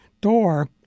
door